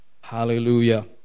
Hallelujah